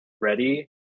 Ready